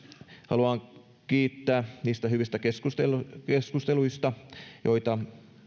haluan kiittää niistä hyvistä keskusteluista joita